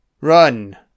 Run